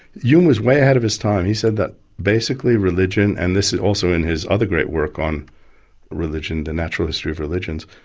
hume was way ahead of his time, he said that basically religion and this also in his other great work on religion, the naturalist history of religions.